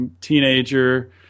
teenager